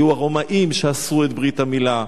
היו הרומאים שאסרו את ברית המילה.